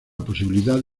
posibilidad